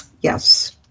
yes